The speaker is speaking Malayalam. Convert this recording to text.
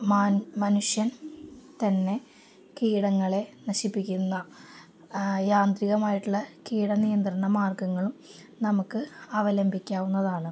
മനുഷ്യൻ തന്നെ കീടങ്ങളെ നശിപ്പിക്കുന്ന യാന്ത്രികമായിട്ടുള്ള കീടനിയന്ത്രണ മാർഗ്ഗങ്ങളും നമുക്ക് അവലംബിക്കാവുന്നതാണ്